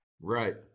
Right